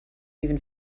even